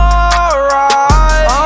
alright